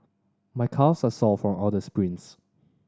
my calves are sore from all the sprints